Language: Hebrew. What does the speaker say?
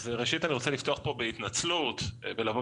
ראשית אני רוצה לפתוח בהתנצלות ולומר